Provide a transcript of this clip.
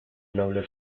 noble